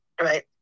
right